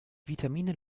vitamine